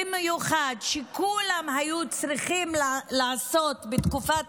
במיוחד כשכולם היו צריכים לעשות בתקופת